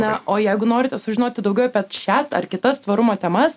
na o jeigu norite sužinoti daugiau apie šią ar kitas tvarumo temas